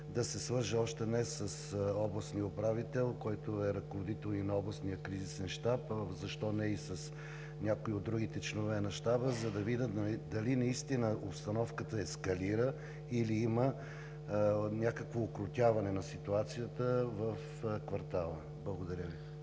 да се свържа още днес с областния управител, който е ръководител и на Областния кризисен щаб, а защо не и с някои от другите членове на Щаба, за да видя дали обстановката ескалира, или има някакво укротяване на ситуацията в квартала. Благодаря Ви.